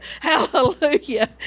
Hallelujah